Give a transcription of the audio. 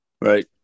right